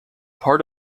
part